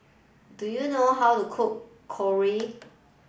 do you know how to cook Korokke